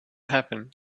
happen